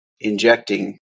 injecting